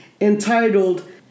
entitled